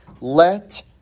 let